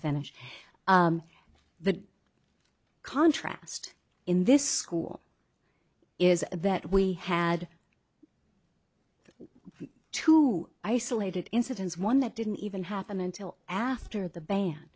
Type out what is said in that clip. it's the contrast in this school is that we had two isolated incidents one that didn't even happen until after the ban